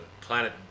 planet